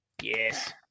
Yes